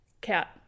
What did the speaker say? Cat